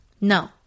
No